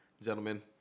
gentlemen